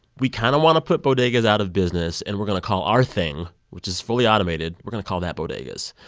we kind of want to put bodegas out of business, and we're going to call our thing which is fully automated we're going to call that, bodegas.